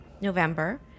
November